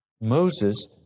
Moses